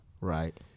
Right